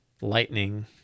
lightning